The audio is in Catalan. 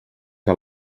que